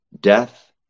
Death